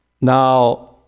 Now